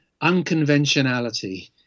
unconventionality